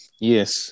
Yes